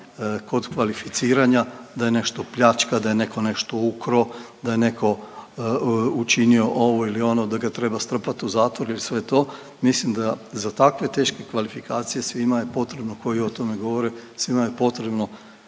kod kvalificiranja da je nešto pljačka, da je netko nešto ukrao, da je netko učinio ovo ili ono, da ga treba strpati u zatvor i sve to, mislim da za takve teške kvalifikacije svima je potrebno koji o tome govore, svima je potrebno